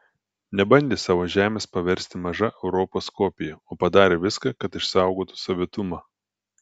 nebandė savo žemės paversti maža europos kopija o padarė viską kad išsaugotų savitumą